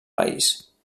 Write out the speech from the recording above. país